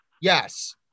Yes